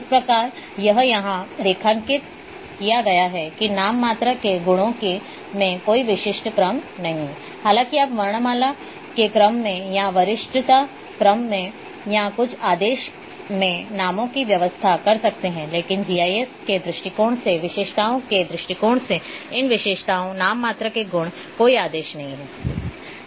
इस प्रकार यह यहाँ रेखांकित किया गया है कि नाम मात्र के गुणों में कोई विशिष्ट क्रम नहीं है हालांकि आप वर्णमाला के क्रम में या वरिष्ठता क्रम में या कुछ आदेश में नामों की व्यवस्था कर सकते हैं लेकिन जीआईएस के दृष्टिकोण से विशेषताओं के दृष्टिकोण से इन विशेषताओं नाममात्र के गुण कोई आदेश नहीं है